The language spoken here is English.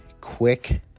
quick